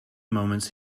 moments